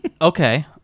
Okay